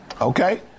Okay